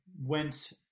went